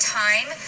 time